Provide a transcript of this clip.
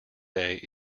day